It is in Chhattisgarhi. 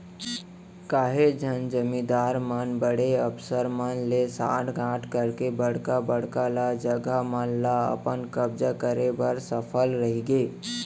काहेच झन जमींदार मन बड़े अफसर मन ले सांठ गॉंठ करके बड़का बड़का ल जघा मन म अपन कब्जा करे बर सफल रहिगे